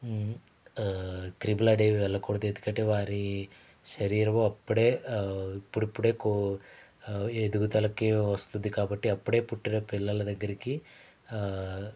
క్రిములనేవి వెళ్ళకూడదు ఎందుకంటే వారి శరీరం అప్పుడే ఇప్పుడిప్పుడే కో ఎదుగుదలకి వస్తది కాబట్టి అప్పుడే పుట్టిన పిల్లల దగ్గరికి